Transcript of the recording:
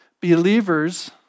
believers